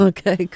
Okay